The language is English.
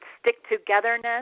stick-togetherness